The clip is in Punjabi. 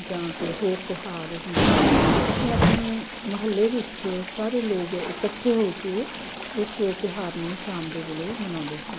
ਜਾਂ ਕੋਈ ਹੋਰ ਤਿਉਹਾਰ ਹੁੰਦਾ ਹੈ ਅਤੇ ਅਸੀਂ ਆਪਣੀ ਮੁਹੱਲੇ ਵਿੱਚ ਸਾਰੇ ਲੋਕ ਇਕੱਠੇ ਹੋ ਕੇ ਉਸ ਤਿਉਹਾਰ ਨੂੰ ਸ਼ਾਮ ਦੇ ਵੇਲੇ ਮਨਾਉਂਦੇ ਹਾਂ